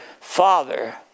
Father